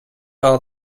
are